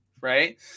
right